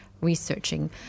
researching